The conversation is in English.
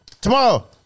Tomorrow